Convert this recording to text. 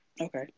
Okay